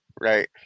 right